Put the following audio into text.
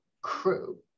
crew